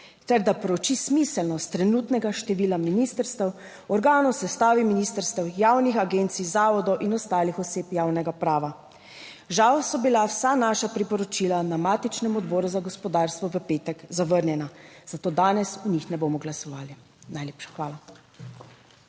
ter da prouči smiselnost trenutnega števila ministrstev, organov v sestavi ministrstev, javnih agencij, zavodov in ostalih oseb javnega prava. Žal so bila vsa naša priporočila na matičnem Odboru za gospodarstvo v petek zavrnjena, zato danes o njih ne bomo glasovali. Najlepša hvala.